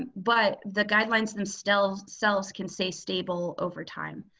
but the guidelines themselves so can say stable over time.